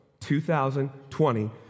2020